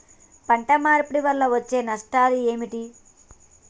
పంట మార్పిడి వల్ల వచ్చే నష్టాలు ఏమిటి?